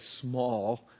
small